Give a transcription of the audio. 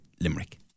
Limerick